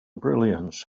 brilliance